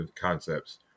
concepts